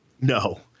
No